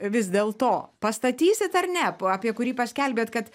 vis dėlto pastatysit ar ne ap apie kurį paskelbėt kad